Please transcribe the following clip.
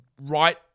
right